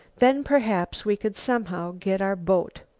then perhaps we could somehow get our boat.